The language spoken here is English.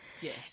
Yes